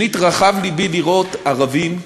שנית, רחב לבי לראות ערבים מוסלמים,